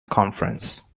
conference